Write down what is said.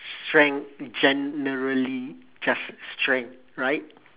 strength generally just strength right